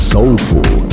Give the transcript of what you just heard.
Soulful